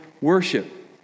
worship